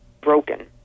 broken